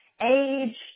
age